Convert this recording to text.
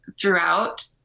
throughout